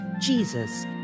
Jesus